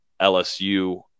lsu